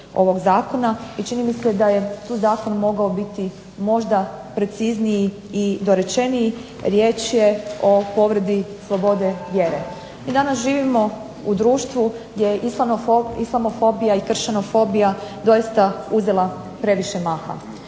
i čini mi se da je tu zakon mogao biti možda precizniji i dorečeniji. Riječ je o povredi slobode vjere. Mi danas živimo u društvu gdje je islamofobija i kršćanofobija doista uzela previše maha.